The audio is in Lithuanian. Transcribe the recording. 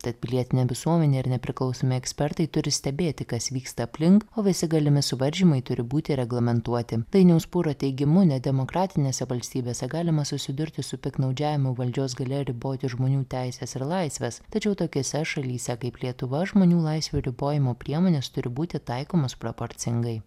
tad pilietinė visuomenė ir nepriklausomi ekspertai turi stebėti kas vyksta aplink o visi galimi suvaržymai turi būti reglamentuoti dainiaus pūro teigimu nedemokratinėse valstybėse galima susidurti su piktnaudžiavimu valdžios galia riboti žmonių teises ir laisves tačiau tokiose šalyse kaip lietuva žmonių laisvių ribojimo priemonės turi būti taikomos proporcingai